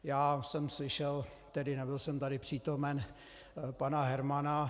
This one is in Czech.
Já jsem slyšel tedy nebyl jsem tady přítomen pana Hermana.